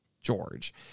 George